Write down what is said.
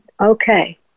okay